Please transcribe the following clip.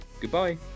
Goodbye